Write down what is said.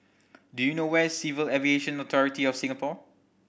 do you know where Civil Aviation Authority of Singapore